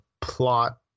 plot